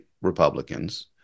Republicans